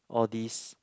all these